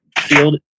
field